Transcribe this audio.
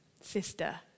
Sister